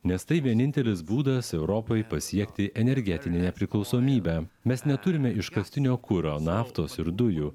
nes tai vienintelis būdas europai pasiekti energetinę nepriklausomybę mes neturime iškastinio kuro naftos ir dujų